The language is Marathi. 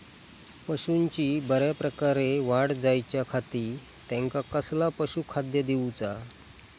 पशूंची बऱ्या प्रकारे वाढ जायच्या खाती त्यांका कसला पशुखाद्य दिऊचा?